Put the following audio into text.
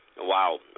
Wow